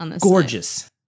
Gorgeous